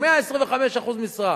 125% משרה,